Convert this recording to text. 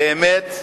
באמת,